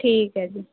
ਠੀਕ ਹੈ ਜੀ